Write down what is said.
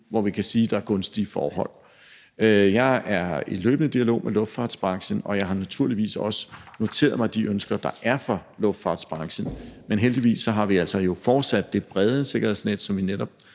hvor vi kan sige, at der er gunstige forhold. Jeg er i løbende dialog med luftfartsbranchen, og jeg har naturligvis også noteret mig de ønsker, der er fra luftfartsbranchen, men heldigvis har vi jo fortsat det brede sikkerhedsnet, som vi netop